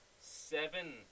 seven